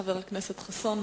חבר הכנסת חסון,